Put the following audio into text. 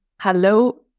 hello